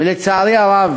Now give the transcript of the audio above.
ולצערי הרב